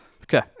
Okay